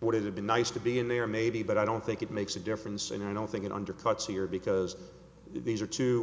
would have been nice to be in there maybe but i don't think it makes a difference and i don't think it undercuts here because these are two